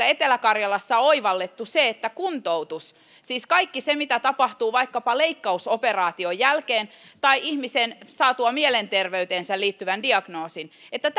etelä karjalassa on oivallettu se että kuntoutukseen siis kaikkeen siihen mitä tapahtuu vaikkapa leik kausoperaation jälkeen tai ihmisen saatua mielenterveyteensä liittyvän diagnoosin